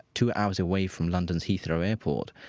two hours away from london's heathrow airport,